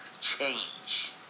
change